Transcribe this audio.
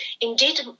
indeed